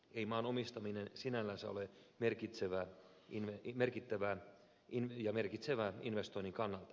ei maan omistaminen sinällänsä ole merkittävää ja merkitsevää investoinnin kannalta